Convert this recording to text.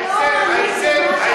אתה לא מאמין במה שאתה אומר.